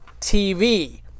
TV